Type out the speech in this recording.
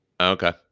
Okay